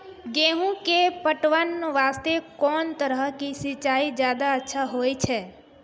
गेहूँ के पटवन वास्ते कोंन तरह के सिंचाई ज्यादा अच्छा होय छै?